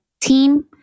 team